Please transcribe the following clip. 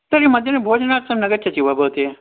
तर्हि मध्याह्ने भोजनार्थं न गच्छति वा भवती